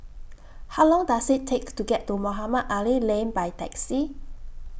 How Long Does IT Take to get to Mohamed Ali Lane By Taxi